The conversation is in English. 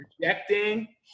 Rejecting